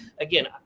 again